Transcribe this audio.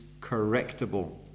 correctable